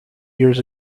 years